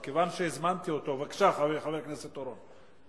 כיוון שהזמנתי אותו, בבקשה, חבר הכנסת אורון.